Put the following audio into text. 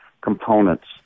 components